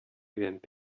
l’ump